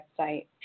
website